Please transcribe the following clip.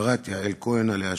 מרת יעל כהן, עליה השלום.